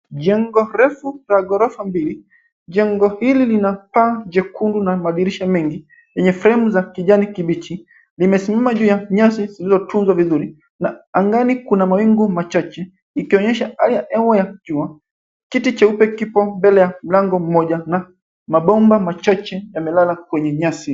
Jengo refu la gorofa mbili. Jengo hili lina paa jekundu na madirisha mengi yenye fremu za kijani kibichi. Limesimama juu ya nyasi zilizotunzwa vizuri na angani kuna mawingu machache, ikionyesha hali ya hewa ya jua. Kiti cheupe kipo mbele ya mlango mmoja na mabomba machache yamelala kwenye nyasi.